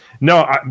no